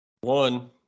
one